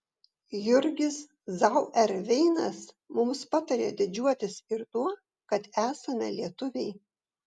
jurgis zauerveinas mums patarė didžiuotis ir tuo kad esame lietuviai